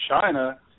China